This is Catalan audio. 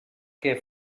que